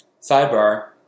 Sidebar